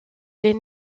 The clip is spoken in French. les